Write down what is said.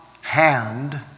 hand